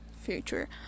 future